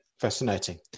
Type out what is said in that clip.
Fascinating